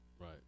Right